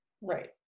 Right